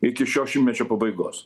iki šio šimtmečio pabaigos